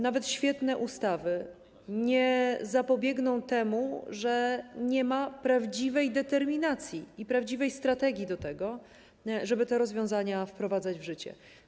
Nawet świetne ustawy nie zapobiegną temu, że nie ma prawdziwej determinacji i prawdziwej strategii co do tego, żeby te rozwiązania wprowadzać w życie.